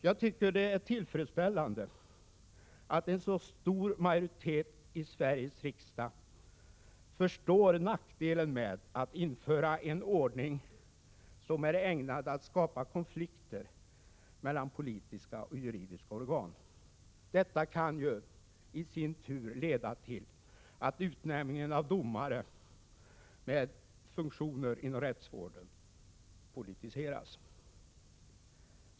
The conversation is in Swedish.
Jag tycker det är tillfredsställande att en så stor majoritet i Sveriges riksdag förstår nackdelen med att införa en ordning, som är ägnad att skapa konflikter mellan politiska och juridiska organ. Detta kan i sin tur leda till att utnämningen av domare med funktioner inom rättsvården politiseras.